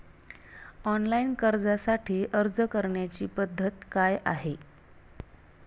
Online कर्जासाठी अर्ज करण्याची पद्धत काय आहे?